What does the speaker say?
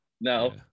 no